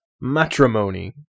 Matrimony